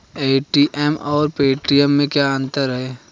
ATM और Paytm में क्या अंतर है?